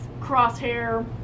crosshair